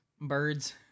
Birds